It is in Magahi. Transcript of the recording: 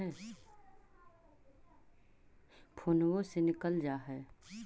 फोनवो से निकल जा है?